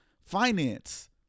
finance